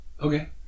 Okay